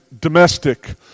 domestic